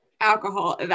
alcohol